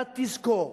אתה תזכור